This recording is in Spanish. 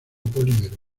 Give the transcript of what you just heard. polímero